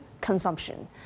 consumption